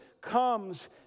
comes